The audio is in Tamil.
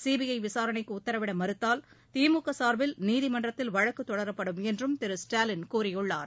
சிபிஐ விசாரணைக்கு உத்தரவிட மறுத்தால் திமுக சா்பில் நீதிமன்றத்தில் வழக்கு தொடரப்படும் என்றும் திரு ஸ்டாலின் கூறியுள்ளார்